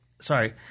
sorry